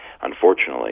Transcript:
unfortunately